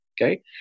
Okay